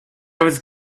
was